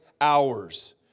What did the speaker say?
hours